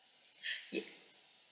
ya